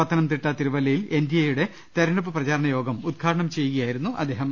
പത്തനംതിട്ട തിരുവല്ലയിൽ എൻഡിഎ യുടെ തെരഞ്ഞെടുപ്പ് പ്രചാരണ യോഗം ഉദ്ഘാടനം ചെയ്യുകയായിരുന്നു അദ്ദേഹം